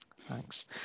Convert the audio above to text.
Thanks